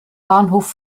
bahnhof